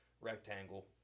rectangle